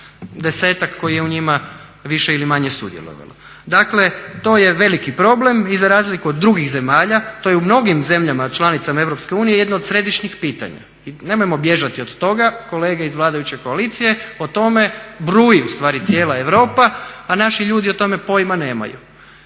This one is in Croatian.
desetak koji je u njima više ili manje sudjelovalo. Dakle to je veliki problem i za razliku od drugih zemalja to je u mnogim zemljama članicama EU jedno od središnjih pitanja i nemojmo bježati od toga kolege iz vladajuće koalicije. O tome briju ustvari cijela Europa a naši ljudi o tome pojma nemaju.